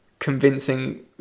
convincing